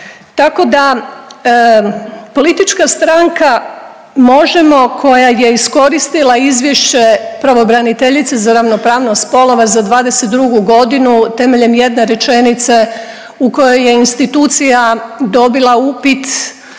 Tako da politička stranka Možemo koja je iskoristila Izvješće pravobraniteljice za ravnopravnost spolova za 2022. godinu temeljem jedne rečenice u kojoj je institucija dobila upit